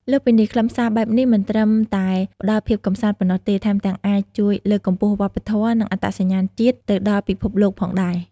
លើសពីនេះ ខ្លឹមសារបែបនេះមិនត្រឹមតែផ្តល់ភាពកម្សាន្តប៉ុណ្ណោះទេ ថែមទាំងអាចជួយលើកកម្ពស់វប្បធម៌ និងអត្តសញ្ញាណជាតិទៅដល់ពិភពលោកផងដែរ។